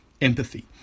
empathy